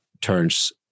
turns